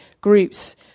groups